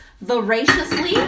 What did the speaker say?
voraciously